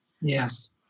yes